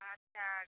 আচ্ছা আর